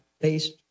based